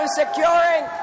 securing